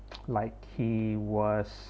like he was